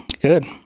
Good